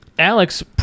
Alex